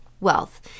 wealth